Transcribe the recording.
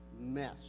mess